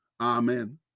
Amen